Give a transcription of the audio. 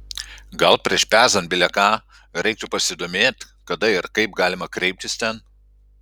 gal prieš pezant bile ką reiktų pasidomėt kada ir kaip galima kreiptis ten